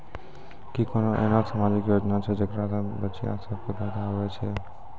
कि कोनो एहनो समाजिक योजना छै जेकरा से बचिया सभ के फायदा होय छै?